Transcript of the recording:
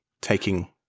taking